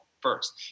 first